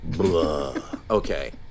Okay